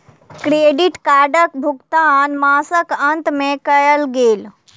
credit कार्डक भुगतान मासक अंत में कयल गेल